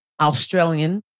Australian